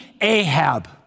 Ahab